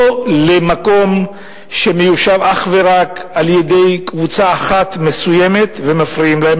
לא במקום שמיושב אך ורק על-ידי קבוצה אחת מסוימת ומפריעים להם,